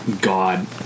God